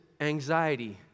anxiety